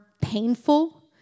painful